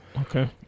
Okay